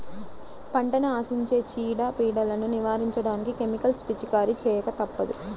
పంటని ఆశించే చీడ, పీడలను నివారించడానికి కెమికల్స్ పిచికారీ చేయక తప్పదు